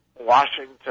Washington